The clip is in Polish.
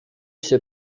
się